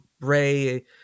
Ray